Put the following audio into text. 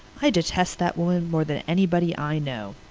i detest that woman more than anybody i know.